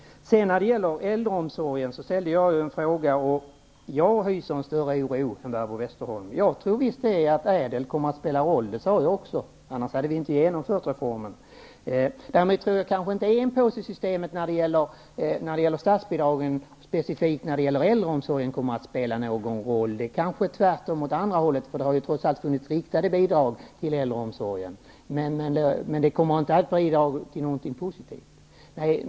När det gäller äldreomsorgen har jag ställt en fråga. Jag hyser en stor oro, Barbro Westerholm. Visst kommer ÄDEL-reformen spela en viss roll, det sade jag också. Annars hade vi inte genomfört reformen. Däremot kommer kanske inte enpåsesystemet för kommunernas bidrag, specifikt äldreomsorgen, att spela någon roll. Tvärtemot kan det kanske verka åt motsatt håll. Det har ju trots allt funnits riktade bidrag till äldreomsorgen. Så det systemet kommer inte att medföra något positivt.